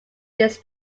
this